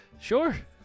Sure